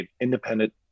Independent